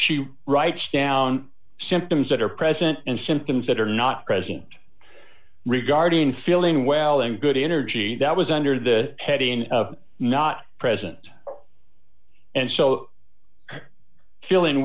she writes down symptoms that are present and symptoms that are not present regarding feeling well and good energy that was under the heading not present and so feeling